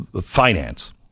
finance